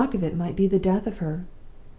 the shock of it might be the death of her